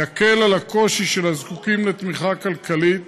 יקל על הקושי של הזקוקים לתמיכה כלכלית